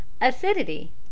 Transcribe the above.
Acidity